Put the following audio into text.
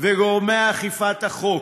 וגורמי אכיפת החוק,